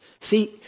See